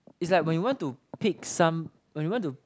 is like when you want to pick some when you want to